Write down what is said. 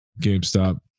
gamestop